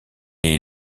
est